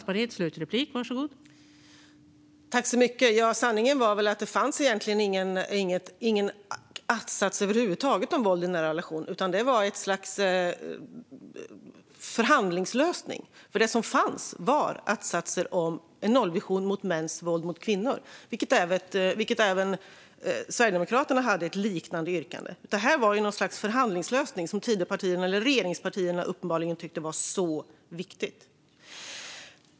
Fru talman! Sanningen är att det egentligen inte fanns någon att-sats över huvud taget om våld i nära relation, utan det var ett slags förhandlingslösning. Det som fanns var att-satser om en nollvision mot mäns våld mot kvinnor, och där hade även Sverigedemokraterna ett liknande yrkande. Det var en förhandlingslösning som Tidöpartierna eller regeringspartierna uppenbarligen tyckte var viktig.